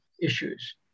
issues